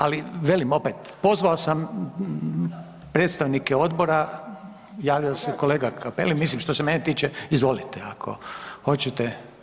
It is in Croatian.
Ali, velim opet, pozvao sam predstavnike Odbora, javio se kolega Cappelli, mislim, što se mene tiče, izvolite kao hoćete.